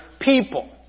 people